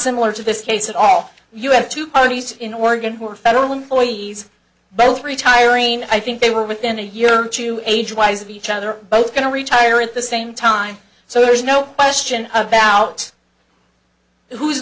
similar to this case at all you have two parties in oregon who are federal employees both retiring i think they were within a year or two age wise of each other both going to retire at the same time so there's no question about who's